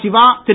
Siva Thiru